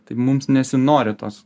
tai mums nesinori tos